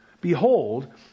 Behold